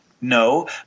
No